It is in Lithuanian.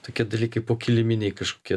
tokie dalykai pokiliminiai kažkokie